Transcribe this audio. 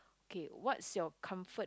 okay what's your comfort